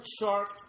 shark